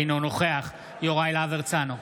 אינו נוכח יוראי להב הרצנו,